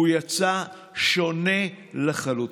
הוא יצא שונה לחלוטין.